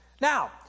Now